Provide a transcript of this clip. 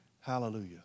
Hallelujah